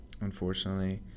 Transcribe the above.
unfortunately